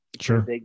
Sure